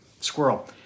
Squirrel